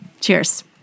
Cheers